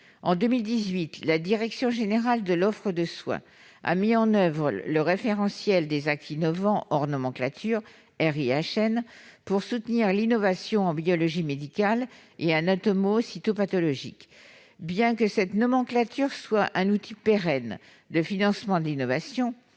En 2018, la direction générale de l'offre de soins a mis en oeuvre le référentiel des actes innovants hors nomenclature (RIHN) pour soutenir l'innovation en biologie médicale et anatomocytopathologie. Bien que cette nomenclature soit un outil pérenne de financement de l'innovation,